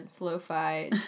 lo-fi